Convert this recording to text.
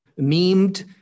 memed